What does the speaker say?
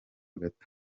gato